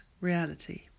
reality